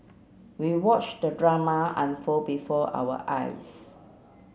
we watched the drama unfold before our eyes